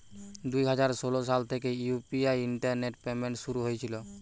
দুই হাজার ষোলো সাল থেকে ইউ.পি.আই ইন্টারনেট পেমেন্ট শুরু হয়েছিল